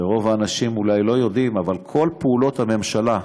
ורוב האנשים אולי לא יודעים אבל כל פעולות הממשלה,